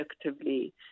effectively